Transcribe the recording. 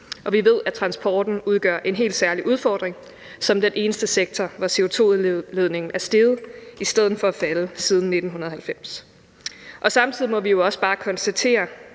og vi ved, at transporten udgør en helt særlig udfordring som den eneste sektor, hvor CO2-udledningen er steget i stedet for at falde siden 1990. Samtidig må vi jo også bare konstatere,